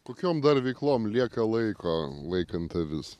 kokiom dar veiklom lieka laiko laikant avis